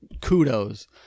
Kudos